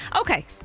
Okay